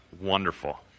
wonderful